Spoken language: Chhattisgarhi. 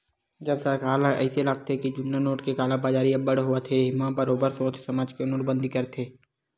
जब सरकार ल अइसे लागथे के जुन्ना नोट के कालाबजारी अब्बड़ होवत हे म बरोबर सोच समझ के नोटबंदी कर देथे